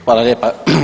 Hvala lijepa.